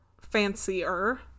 fancier